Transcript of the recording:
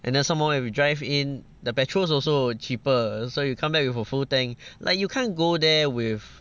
and then some more if you drive in the petrol is also cheaper so you come back with a full tank like you can't go there with